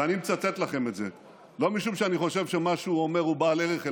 ואני מצטט לכם את זה לא משום שאני חושב שמה שהוא אומר הוא בעל ערך,